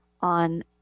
on